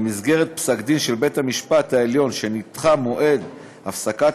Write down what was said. במסגרת פסק-דין של בית-המשפט העליון נדחה מועד הפסקת